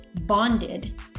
bonded